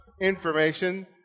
information